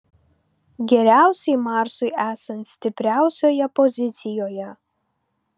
geriausiai marsui esant stipriausioje pozicijoje